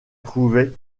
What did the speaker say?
trouvait